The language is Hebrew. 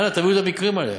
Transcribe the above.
אנא הביאו את המקרים האלה,